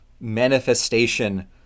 manifestation